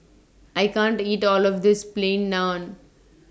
I can't eat All of This Plain Naan